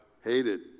hated